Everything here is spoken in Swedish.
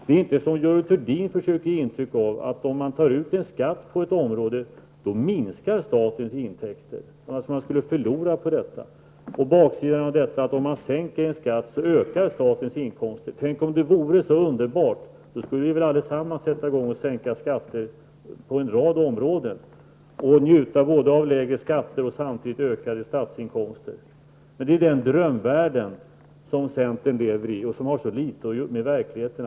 Det är inte så som Görel Thurdin försöker ge intryck av, att om man tar ut skatt på ett område så minskar statens intäker. Man skulle förlora på detta. Om man sänker en skatt skulle statens inkomster i så fall öka. Tänk om det vore så underbart. Då skulle vi väl alla sätta i gång att sänka skatterna på en rad områden och njuta av både lägre skatter och samtidigt ökade statsinkomster. Det är den drömvärld som centern lever i och som har så litet att skaffa med verkligheten.